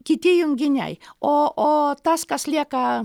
kiti junginiai o o tas kas lieka